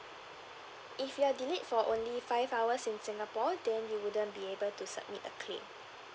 if you are delayed for only five hours in singapore then you wouldn't be able to submit a claim